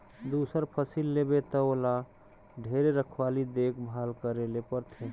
दूसर फसिल लेबे त ओला ढेरे रखवाली देख भाल करे ले परथे